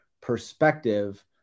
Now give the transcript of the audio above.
perspective